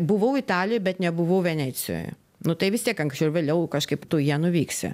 buvau italijoj bet nebuvau venecijoj nu tai vis tiek anksčiau ar vėliau kažkaip tu į ją nuvyksi